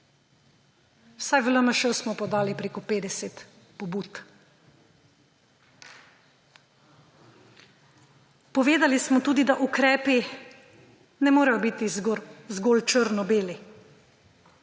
Vsaj v LMŠ smo podali preko 50 pobud. Povedali smo tudi, da ukrepi ne morejo biti zgolj črno-beli,